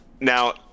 now